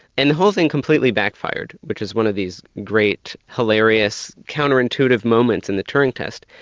and the whole thing completely backfired which was one of these great hilarious counterintuitive moments in the turing test,